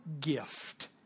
gift